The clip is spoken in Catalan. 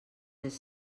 les